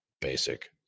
basic